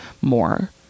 more